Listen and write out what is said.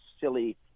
silly